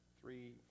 three